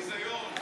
זה ביזיון.